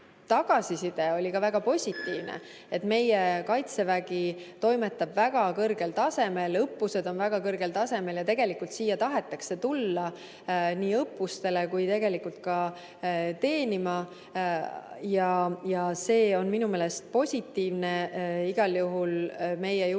Tagasiside oli väga positiivne, et meie kaitsevägi toimetab väga kõrgel tasemel, õppused on väga kõrgel tasemel ja tegelikult siia tahetakse tulla nii õppustele kui ka teenima. See on minu meelest meie julgeoleku